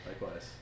Likewise